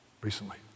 recently